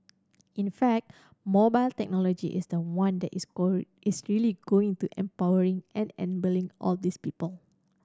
in fact mobile technology is the one that is going is really going to empowering and enabling all these people